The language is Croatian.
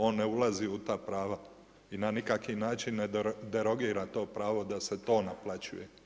On ne ulazi u ta prava i na nikaki način ne derogira to pravo da se to naplaćuje.